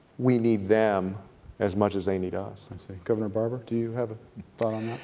we need them as much as they need us. and so governor barbour, do you have a